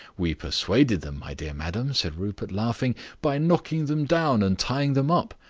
we persuaded them, my dear madam, said rupert, laughing, by knocking them down and tying them up.